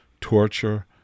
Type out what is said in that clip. torture